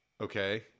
okay